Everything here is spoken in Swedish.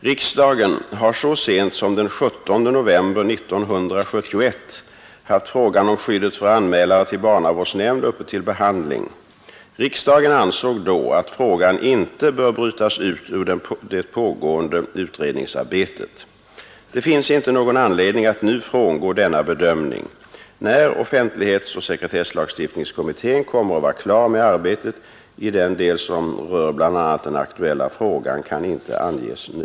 Riksdagen har så sent som den 17 november 1971 haft frågan om skyddet för anmälare till barnavårdsnämnd uppe till behandling. Riksdagen ansåg då att frågan inte bör brytas ut ur det pågående utredningsarbetet. Det finns inte någon anledning att nu frångå denna bedömning. När offentlighetsoch sekretesslagstiftningskommittén kommer att vara klar med arbetet i den del som rör bl.a. den aktuella frågan kan inte anges nu.